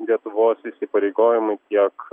lietuvos įsipareigojimai tiek